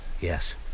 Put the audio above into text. Yes